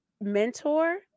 mentor